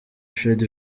fred